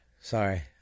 Sorry